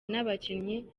n’abakinnyi